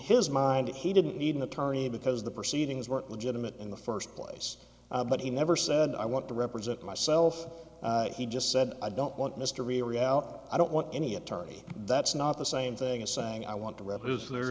his mind he didn't need an attorney because the proceedings were legitimate in the first place but he never said i want to represent myself and he just said i don't want mr riady out i don't want any attorney that's not the same thing as saying i want to read his